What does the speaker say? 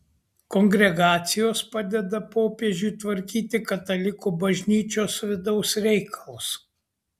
kongregacijos padeda popiežiui tvarkyti katalikų bažnyčios vidaus reikalus